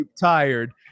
tired